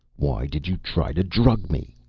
why did you try to drug me?